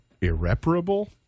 irreparable